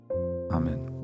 Amen